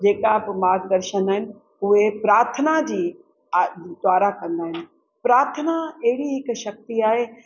जेका बि मार्गदर्शन आहिनि उहे प्रार्थना जी आ द्वारा कंदा आहिनि प्रार्थना अहिड़ी हिकु शक्ति आहे